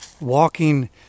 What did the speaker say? walking